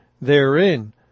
therein